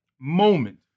moment